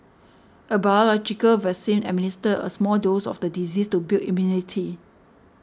a biological vaccine administers a small dose of the disease to build immunity